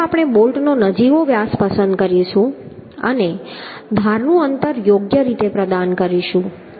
પહેલા આપણે બોલ્ટનો નજીવો વ્યાસ પસંદ કરીશું અને ધારનું અંતર યોગ્ય રીતે પ્રદાન કરીશું